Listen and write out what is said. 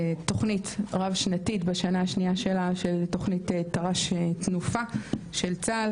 בתוכנית רב-שנתית בשנה השנייה שלה שזה תוכנית "טר"ש תנופה" של צה"ל